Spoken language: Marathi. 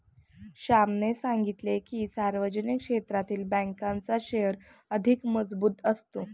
श्यामने सांगितले की, सार्वजनिक क्षेत्रातील बँकांचा शेअर अधिक मजबूत असतो